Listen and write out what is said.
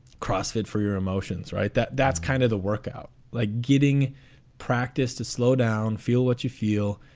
crossfit for your emotions. right. that that's kind of the workout, like getting practice to slow down, feel what you feel.